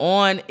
on